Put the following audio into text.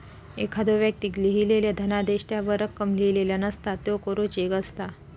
एखाद्दो व्यक्तीक लिहिलेलो धनादेश त्यावर रक्कम लिहिलेला नसता, त्यो कोरो चेक असता